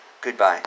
Goodbye